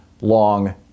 long